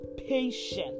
patient